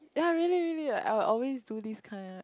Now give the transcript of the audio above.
ya really really like I'll always do these kind